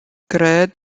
cred